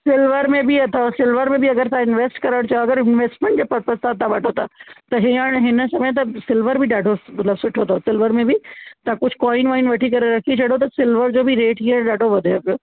silver में बि अथव सिल्वर में बि अगरि तव्हां इंवेस्ट करणु चाहियो त इंवेस्टमेंट जे पर्पज़ सां तव्हां वठो था त हींअर हिन समय त सिल्वर बि ॾाढो मतिलबु सुठो अथव सिल्वर में बि तव्हां कुझु कॉइन वॉइन वठी करे रखी छॾो त सिल्वर जो बि रेट हींअर ॾाढो वधे पियो